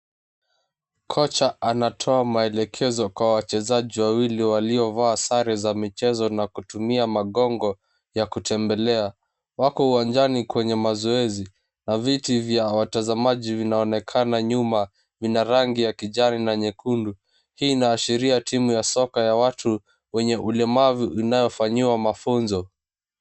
Kocha anatoa maelekezo kwa wachezaji wawili waliovaa sare za michezo na kutumia magongo ya kutembelea. Wako uwanjani kwenye mazoezi na viti vya watazamaji vinaonekana nyuma vina rangi ya kijani na nyekundu hii inaashiria timu ya soka ya watu wenye ulemavu inayofanyiwa mafunzo.